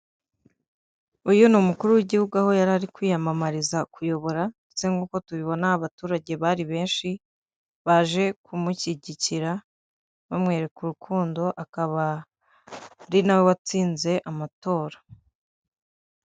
Uyu ni umukuru w'Igihugu aho yari ari kwiyamamariza kuyobora ndetse nk'uko tubibona abaturage bari benshi baje kumushyigikira, bamwereka urukundo, akaba ari nawe watsinze amatora.